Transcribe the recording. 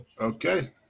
Okay